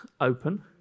open